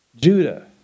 Judah